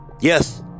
yes